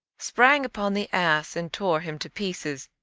sprang upon the ass and tore him to pieces.